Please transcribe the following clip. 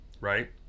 right